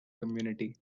community